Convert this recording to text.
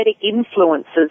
influences